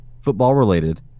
football-related